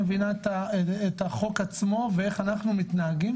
היא לא מבינה את החוק עצמו ואיך אנחנו מתנהגים